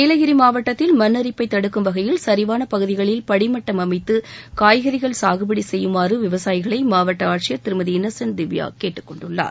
நீலகிரி மாவட்டத்தில் மண் அரிப்பை தடுக்கும் வகையில் சரிவான பகுதிகளில் படிமட்டம் அமைத்து காய்கறிகள் காகுபடி செய்யுமாறு விவசாயிகளை மாவட்ட ஆட்சியா் திருமதி இன்னசென்ட் திவ்யா கேட்டுக்கொண்டுள்ளார்